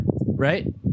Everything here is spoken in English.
right